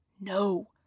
No